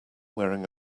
wearing